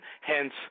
hence